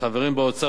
לחברים באוצר.